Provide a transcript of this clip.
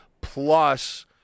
plus